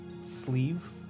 sleeve